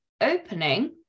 opening